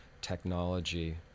technology